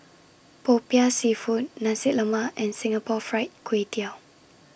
Popiah Seafood Nasi Lemak and Singapore Fried Kway Tiao